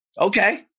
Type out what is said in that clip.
Okay